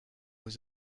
was